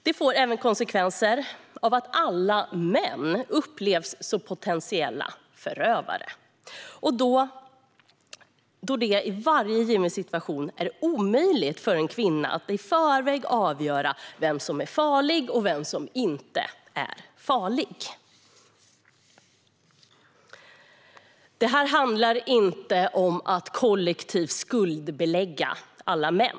Det får även konsekvensen att alla män upplevs som potentiella förövare, då det i varje given situation är omöjligt för en kvinna att i förväg avgöra vem som är farlig och inte. Det handlar inte om att kollektivt skuldbelägga alla män.